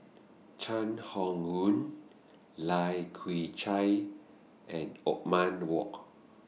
Chai Hon Yoong Lai Kew Chai and Othman Wok